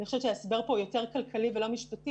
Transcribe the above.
אני חושבת שההסבר פה הוא יותר כלכלי ולא משפטי,